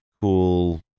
cool